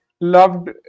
loved